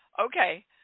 Okay